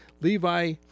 Levi